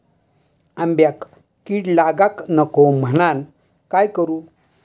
आंब्यक कीड लागाक नको म्हनान काय करू?